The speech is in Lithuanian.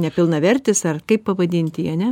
nepilnavertis ar kaip pavadinti jį ane